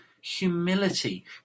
humility